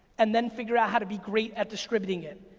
and then figure out how to be great at distributing it.